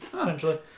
essentially